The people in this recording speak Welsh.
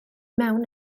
mewn